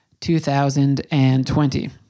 2020